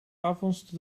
avonds